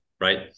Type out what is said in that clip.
right